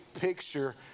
picture